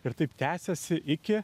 ir taip tęsiasi iki